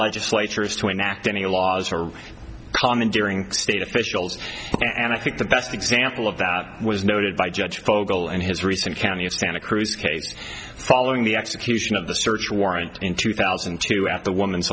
legislatures to enact any laws or commandeering state officials and i think the best example of that was noted by judge fogel in his recent county of santa cruz case following the execution of the search warrant in two thousand and two at the woman's